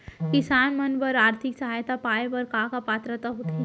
किसान मन बर आर्थिक सहायता पाय बर का पात्रता होथे?